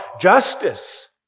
justice